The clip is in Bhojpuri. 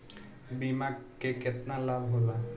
बीमा के केतना लाभ होला?